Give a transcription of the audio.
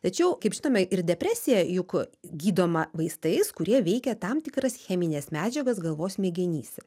tačiau kaip žinome ir depresija juk gydoma vaistais kurie veikia tam tikras chemines medžiagas galvos smegenyse